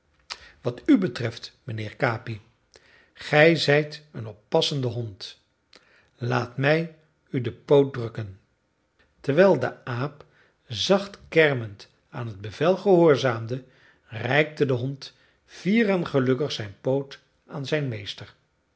wat u betreft mijnheer capi gij zijt een oppassende hond laat mij u den poot drukken terwijl de aap zacht kermend aan het bevel gehoorzaamde reikte de hond fier en gelukkig zijn poot aan zijn meester